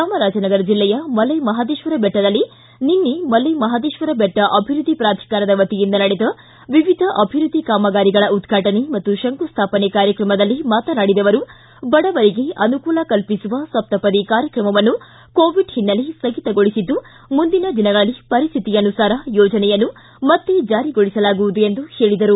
ಚಾಮರಾಜನಗರ ಜಿಲ್ಲೆಯ ಮಲೆ ಮಹದೇಶ್ವರ ಬೆಟ್ಟದಲ್ಲಿ ನಿನ್ನೆ ಮಲೆ ಮಹದೇಶ್ವರ ಬೆಟ್ಟ ಅಭಿವೃದ್ಧಿ ಪಾಧಿಕಾರದ ವತಿಯಿಂದ ನಡೆದ ವಿವಿಧ ಅಭಿವೃದ್ಧಿ ಕಾಮಗಾರಿಗಳ ಉದ್ಘಾಟನೆ ಮತ್ತು ಶಂಕುಸ್ಥಾಪನೆ ಕಾರ್ಯಕ್ರಮದಲ್ಲಿ ಮಾತನಾಡಿದ ಅವರು ಬಡವರಿಗೆ ಅನುಕೂಲ ಕಲ್ಪಿಸುವ ಸಪ್ತಪದಿ ಕಾರ್ಯಕ್ರಮವನ್ನು ಕೋವಿಡ್ ಹಿನ್ನೆಲೆ ಸ್ವಗಿತಗೊಳಿಸಿದ್ದು ಮುಂದಿನ ದಿನಗಳಲ್ಲಿ ಪರಿಸ್ಥಿತಿಯನುಸಾರ ಹೇಳಿದರು